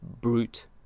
brute